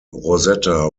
rosetta